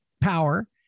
power